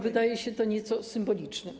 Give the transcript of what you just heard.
Wydaje się to nieco symboliczne.